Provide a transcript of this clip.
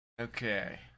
Okay